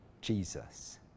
Jesus